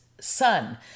son